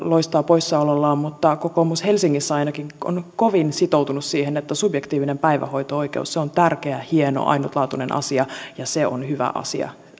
loistaa poissaolollaan kokoomus helsingissä ainakin on kovin sitoutunut siihen että subjektiivinen päivähoito oikeus on tärkeä hieno ainutlaatuinen asia ja se on hyvä asia